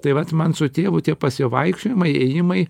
tai vat man su tėvu tie pasivaikščiojimai įėjimai